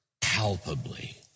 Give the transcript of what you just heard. palpably